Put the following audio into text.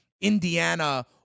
Indiana